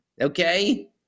Okay